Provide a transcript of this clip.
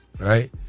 Right